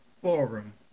forum